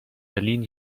berlin